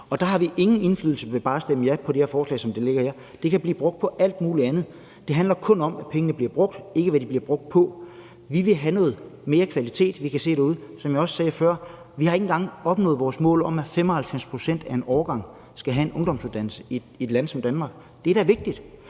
Og der har vi ingen indflydelse ved bare at stemme ja til det her forslag, som det ligger her. Det kan blive brugt på alt muligt andet. Det handler kun om, at pengene bliver brugt – ikke, hvad de bliver brugt på. Vi vil have noget mere kvalitet. For vi kan se derude, som jeg også sagde før, at vi ikke engang har opnået vores mål om, at 95 pct. af en årgang skal have en ungdomsuddannelse – det er da vigtigt